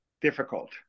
difficult